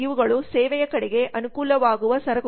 ಇವುಗಳು ಸೇವೆಯ ಕಡೆಗೆ ಅನುಕೂಲವಾಗುವ ಸರಕುಗಳಾಗಿವೆ